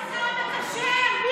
מה עם השר המקשר?